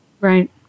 Right